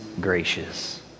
gracious